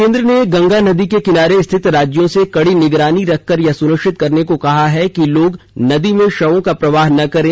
केन्द्र ने गंगा नदी के किनारे स्थित राज्यों से कड़ी निगरानी रखकर यह सुनिश्चित करने को कहा है कि लोग नदी में शवों का प्रवाह न करें